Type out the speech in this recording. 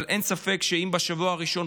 אבל אין ספק שאם בשבוע הראשון,